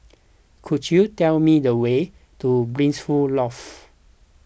could you tell me the way to Blissful Loft